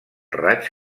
raig